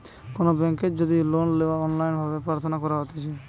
কোনো বেংকের যদি লোন লেওয়া অনলাইন ভাবে প্রার্থনা করা হতিছে